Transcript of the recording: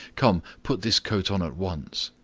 come, put this coat on at once!